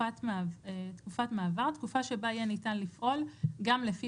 "תקופת מעבר" תקופה שבה יהיה ניתן לפעול גם לפי